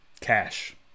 Cash